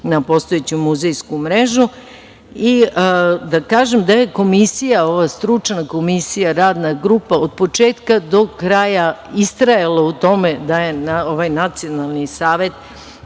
na postojeću muzejsku mrežu. Da kažem, da je stručna komisija radne grupe od početka do kraja istrajala u tome da je ovaj Nacionalni savet,